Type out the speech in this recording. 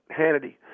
Hannity